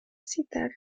citar